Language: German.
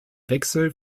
wechsel